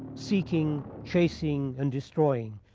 seeking, chasing, and destroying,